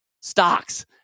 stocks